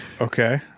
Okay